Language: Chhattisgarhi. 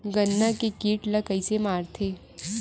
गन्ना के कीट ला कइसे मारथे?